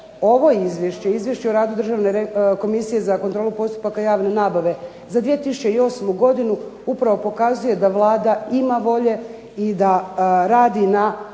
Ovo Izvješće o radu Državne komisije za kontrolu postupaka javne nabave za 2008. godinu upravo pokazuje da Vlada ima volje i da radi na